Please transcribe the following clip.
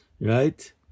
right